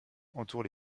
entourent